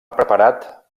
preparat